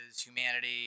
Humanity